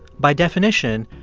by definition,